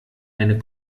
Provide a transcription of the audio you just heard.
eine